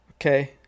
Okay